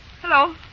Hello